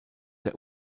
der